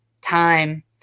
time